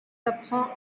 apprend